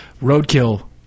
Roadkill